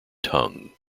tongue